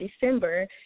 December